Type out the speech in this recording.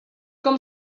com